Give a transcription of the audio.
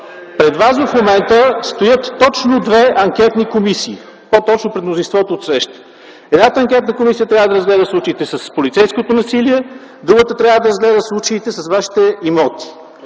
Пред Вас в момента стоят две анкетни комисии, по-точно – пред мнозинството отсреща. Едната анкетна комисия трябва да разгледа случаите с полицейското насилие, другата – случаите с Вашите имоти.